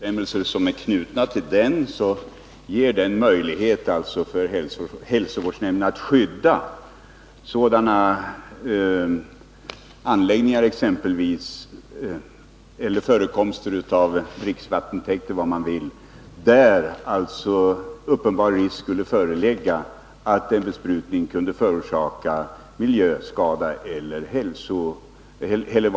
Herr talman! Med dagens lagstiftning och de bestämmelser som är knutna till denna ges hälsovårdsnämnden möjlighet att skydda sådana anläggningar - t.ex. dricksvattenstäkter — där en besprutning uppenbarligen kunde medföra miljöskada eller hälsorisk.